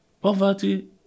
Poverty